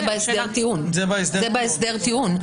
זה בהסדר טיעון,